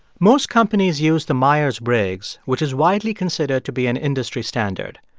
most companies use the myers-briggs, which is widely considered to be an industry standard.